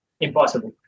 impossible